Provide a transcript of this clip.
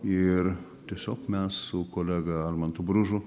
ir tiesiog mes su kolega almantu bružu